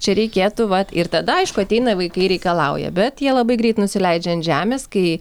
čia reikėtų vat ir tada aišku ateina vaikai ir reikalauja bet jie labai greit nusileidžia ant žemės kai